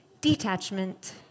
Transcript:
detachment